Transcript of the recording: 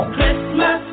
Christmas